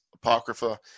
apocrypha